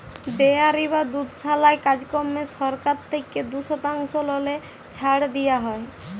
dairy বা দুধশালার কাজকম্মে সরকার থ্যাইকে দু শতাংশ ললে ছাড় দিয়া হ্যয়